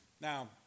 Now